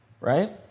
right